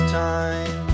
time